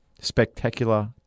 spectacular